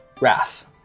wrath